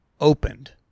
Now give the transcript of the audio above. Opened